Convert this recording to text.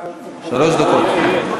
שלוש דקות.